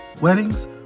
weddings